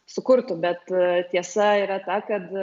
sukurtų bet tiesa yra ta kad